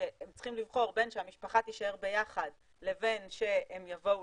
שצריכים לבחור בין שהמשפחה תישאר ביחד לבין שיבואו